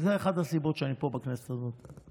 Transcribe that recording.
וזו אחת הסיבות שאני פה, בכנסת הזאת.